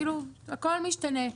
הכול משתנה.